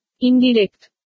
Indirect